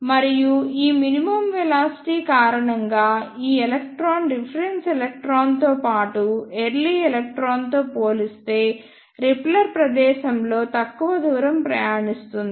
మరియు ఈ minimum velocity కారణంగా ఈ ఎలక్ట్రాన్ రిఫరెన్స్ ఎలక్ట్రాన్తో పాటు ఎర్లీ ఎలక్ట్రాన్తో పోలిస్తే రిపెల్లర్ ప్రదేశంలో తక్కువ దూరం ప్రయాణిస్తుంది